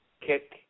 kick